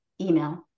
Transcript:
email